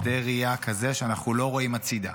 שדה ראייה כזה שאנחנו לא רואים הצידה.